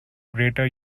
greater